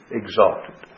exalted